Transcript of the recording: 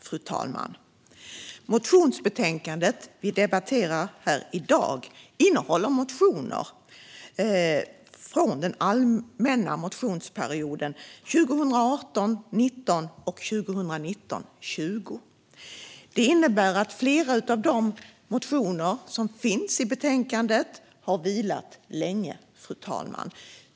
Fru talman! Det motionsbetänkande vi debatterar i dag innehåller motioner från den allmänna motionstiden 2018 20. Det innebär att flera av de motioner som finns i betänkandet har vilat länge, fru talman.